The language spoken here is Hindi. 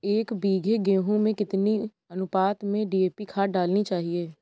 एक बीघे गेहूँ में कितनी अनुपात में डी.ए.पी खाद डालनी चाहिए?